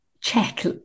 check